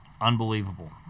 unbelievable